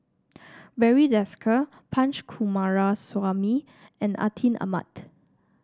Barry Desker Punch Coomaraswamy and Atin Amat